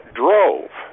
drove